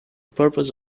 purpose